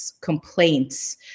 complaints